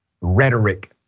rhetoric